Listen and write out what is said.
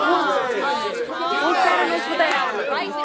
کُس کُس فٮ۪رن اوسوٕ تۄہہِ آرڈر کوٚرمُت